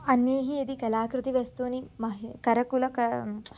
अन्यैः यदि कलाकृतिवस्तूनि मह्य् करकुशलक् म्च्